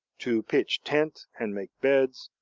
to pitch tent and make beds,